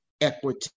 equity